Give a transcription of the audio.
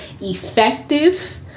effective